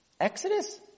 Exodus